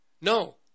No